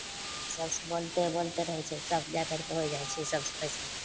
सभसँ बोलिते बोलिते रहै छियै सभ जाय करि कऽ होय जाइ छै सभसँ पैसा